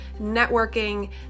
networking